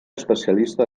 especialista